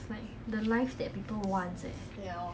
it's like the life that people wants eh